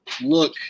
look